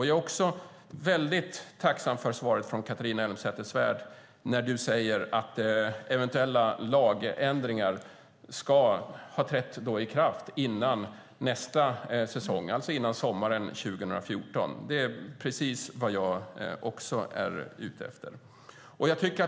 Jag är också väldigt tacksam för att Catharina Elmsäter-Svärd säger att eventuella lagändringar ska ha trätt i kraft före nästa säsong, alltså före sommaren 2014. Det är precis vad jag är ute efter.